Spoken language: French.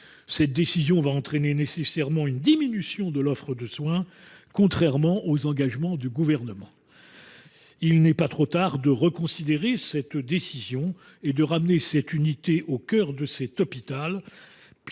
Cette décision va nécessairement entraîner une diminution de l’offre de soins, contrairement aux engagements du Gouvernement. Il n’est pas trop tard pour reconsidérer cette décision et ramener cette unité au cœur de ce